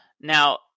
Now